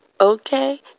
okay